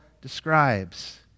describes